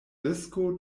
risko